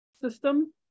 system